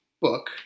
book